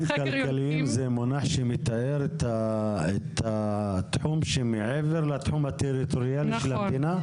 כלכליים זה מונח שמתאר את התחום שמעבר לתחום הטריטוריאלי של המדינה?